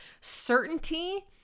certainty